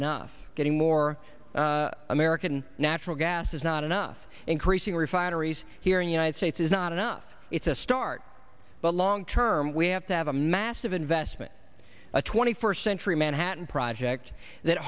enough getting more american natural gas is not enough increasing refineries here in the united states is not enough it's a start but long term we have to have a massive investment a twenty first century manhattan project that